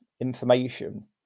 information